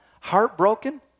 heartbroken